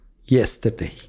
yesterday